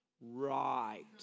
Right